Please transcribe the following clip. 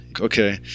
Okay